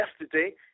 Yesterday